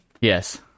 yes